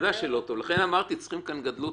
לטובת הנפגעת.